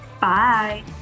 Bye